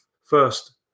first